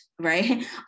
right